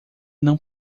não